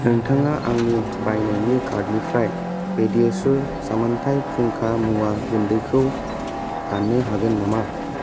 नोंथाङा आंनि बायनायनि कार्टनिफ्राय पेडियाश्युर सामानथाय फुंखा मुवा गुन्दैखौ दान्नो हागोन नामा